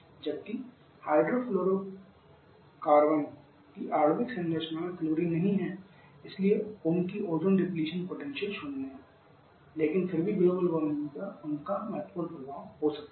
जबकि हाइड्रोफ्लोरोकार्बन की आणविक संरचना में क्लोरीन नहीं होता है इसलिए उनकी ओजोन डिप्लेशन पोटेंशियल शून्य होता है लेकिन फिर भी ग्लोबल वार्मिंग पर उनका महत्वपूर्ण प्रभाव हो सकता है